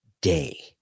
day